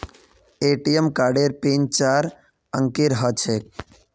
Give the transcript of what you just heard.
ATM कार्डेर PIN चार अंकेर ह छेक